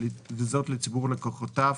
וזאת לציבור לקוחותיו,